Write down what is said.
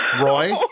Roy